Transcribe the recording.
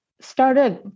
started